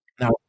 now